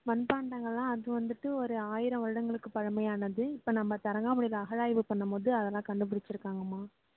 மண்பாண்டங்கள்லாம் அது வந்துட்டு ஒரு ஆயிரம் வருடங்களுக்கு பழமையானது இப்போ நம்ப தரகம்பாடியில அகழாய்வு பண்ணும்போது அதெல்லாம் கண்டுப்பிடிச்சிருக்காங்கம்மா